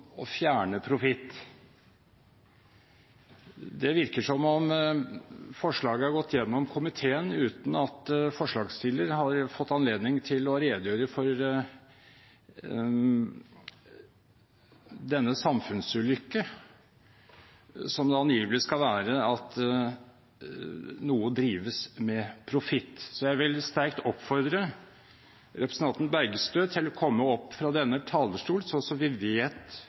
fjerne profitt. Det virker som om forslaget er gått gjennom komiteen uten at forslagsstiller har fått anledning til å redegjøre for den samfunnsulykke som det angivelig skal være at noe drives med profitt. Så jeg vil sterkt oppfordre representanten Bergstø til å komme opp til denne talerstolen, slik at vi vet